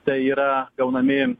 tai yra gaunami